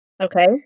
Okay